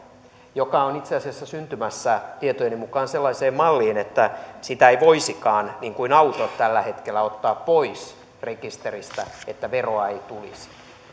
joka on itse asiassa syntymässä tietojeni mukaan sellaiseen malliin että sitä ei voisikaan niin kuin autot tällä hetkellä voidaan ottaa pois rekisteristä että veroa ei tulisi